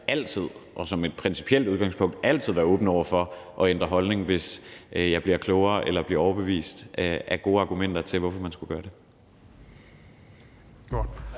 vil jeg som et principielt udgangspunkt altid være åben over for at ændre holdning, hvis jeg bliver klogere eller bliver overbevist af gode argumenter for, hvorfor man skulle gøre det.